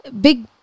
big